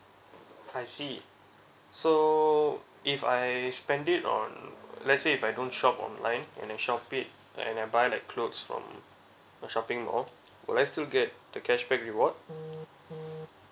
I see so if I spend it on let's say if I don't shop online and I shop it and I buy like clothes from shopping mall will I still get the cashback reward